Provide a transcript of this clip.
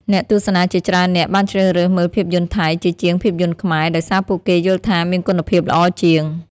អ្នកទស្សនាជាច្រើននាក់បានជ្រើសរើសមើលភាពយន្តថៃ ជាជាងភាពយន្តខ្មែរ ដោយសារពួកគេយល់ថាមានគុណភាពល្អជាង។